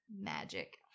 magic